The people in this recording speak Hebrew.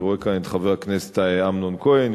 ואני רואה כאן את חבר הכנסת אמנון כהן,